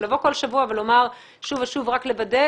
ולבוא כל שבוע ולומר שוב ושוב רק לוודא